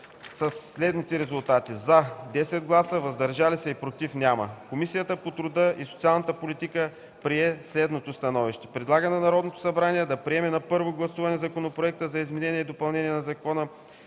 гласуване с резултати: „за” – 10 гласа, „въздържали се“ и „против” – няма, Комисията по труда и социалната политика прие следното становище: Предлага на Народното събрание да приеме на първо гласуване Законопроект за изменение и допълнение на Закона